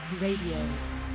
Radio